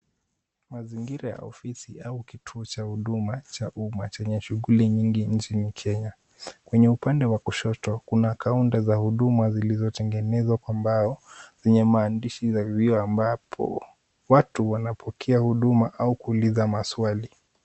Mazingira ya ofisi au kituo cha huduma cha umma chenye shughuli nyingi nchini Kenya. Kwenye upande wa kushoto kuna kaunta za huduma zilizo tengenezwa kwa mbao zenye maandishi za vioo ambapo watu wanapokea huduma au kuuliza maswali.